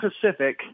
Pacific